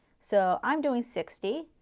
so i'm doing sixty,